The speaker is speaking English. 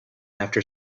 after